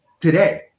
today